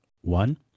one